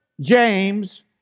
James